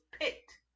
picked